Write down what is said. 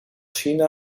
china